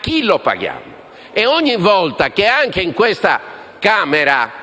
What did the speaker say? chi lo pagano. E ogni volta che anche in questa Camera